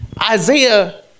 Isaiah